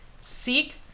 Seek